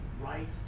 right